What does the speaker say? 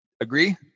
Agree